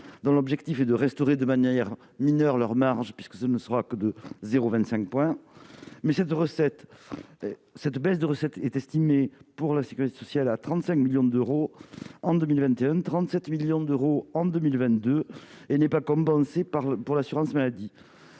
dont l'objectif est de restaurer de manière mineure leur marge de 0,25 point. Deuxièmement, cette baisse des recettes est estimée, pour la sécurité sociale, à 35 millions d'euros en 2021, puis à 37 millions d'euros en 2022 ; elle n'est pas compensée pour l'assurance maladie.